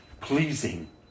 pleasing